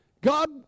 God